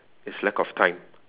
is lack of time